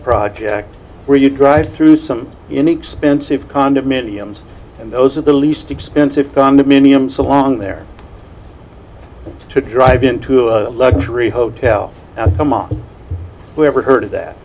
project where you drive through some inexpensive condominiums and those are the least expensive condominiums along there to drive into a luxury hotel as we have heard that